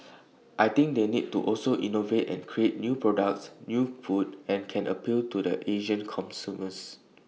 I think they need to also innovate and create new products new food and can appeal to the Asian consumers